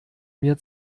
mir